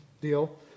deal